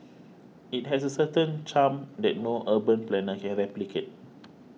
it has a certain charm that no urban planner can replicate